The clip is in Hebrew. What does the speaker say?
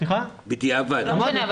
לא משנה,